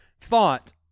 thought